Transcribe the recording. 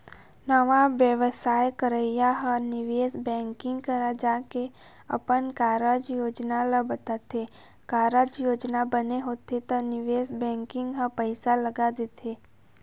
नवा बेवसाय करइया ह निवेश बेंकिग करा जाके अपन कारज योजना ल बताथे, कारज योजना बने होथे त निवेश बेंकिग ह पइसा लगा देथे